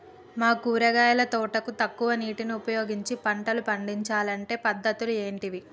మా కూరగాయల తోటకు తక్కువ నీటిని ఉపయోగించి పంటలు పండించాలే అంటే పద్ధతులు ఏంటివి?